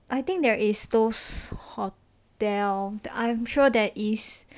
I think there is those hotel that I'm sure there is